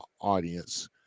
audience